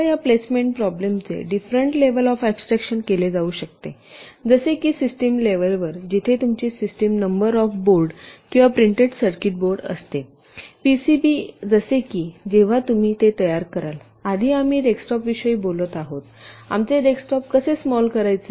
आता या प्लेसमेंट प्रॉब्लेमचे डिफरेंट लेवल ऑफ ऍब्स्ट्रक्शन केले जाऊ शकते जसे की सिस्टम लेवलवर जिथे तुमची सिस्टम नंबर ऑफ बोर्ड किंवा प्रिंटेड सर्किट बोर्ड असते पीसीबी जसे की जेव्हा तुम्ही ते तयार कराल आधी आम्ही डेस्कटॉपविषयी बोलत आहोत आमचे डेस्कटॉप कसे स्माल करायचे